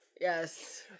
yes